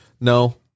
No